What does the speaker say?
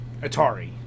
atari